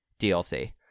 DLC